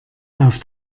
auf